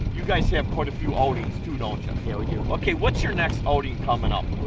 you guys have quite a few outings too, don't ya? yeah, we do. ok. what's your next outing coming up?